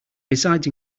besides